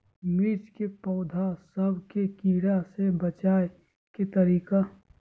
मिर्ची के पौधा सब के कीड़ा से बचाय के तरीका?